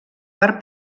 per